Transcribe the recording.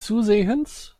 zusehends